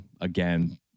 again